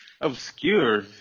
Obscure